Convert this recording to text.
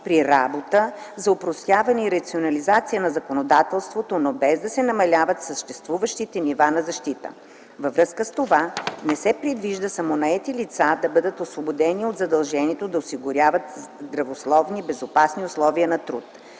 при работа, за опростяване и рационализация на законодателството, но без да се намаляват съществуващите нива на защита. Във връзка с това не се предвижда самонаетите лица да бъдат освободени от задължението да осигуряват здравословни и безопасни условия на труд.